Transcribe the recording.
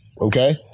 Okay